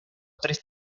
tres